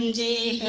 and day